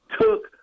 took